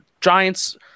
Giants